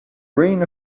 reign